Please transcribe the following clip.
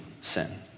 sin